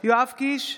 יואב קיש,